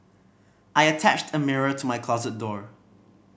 I attached a mirror to my closet door